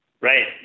Right